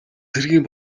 цэргийн